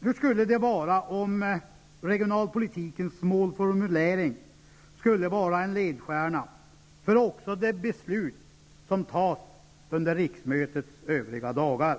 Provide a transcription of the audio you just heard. Hur skulle det vara, om regionalpolitikens målformulering fick utgöra en ledstjärna för de beslut som fattas under riksmötets övriga dagar?